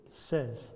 says